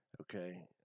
okay